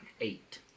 eight